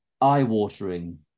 eye-watering